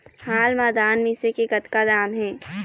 हाल मा धान मिसे के कतका दाम हे?